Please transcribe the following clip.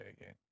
again